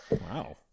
Wow